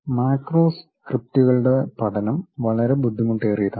macro സ്ക്രിപ്റ്റുകൾടെ പഠനം വളരെ ബുദ്ധിമുട്ടേറിയതാണ്